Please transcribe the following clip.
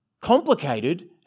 complicated